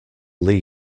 lead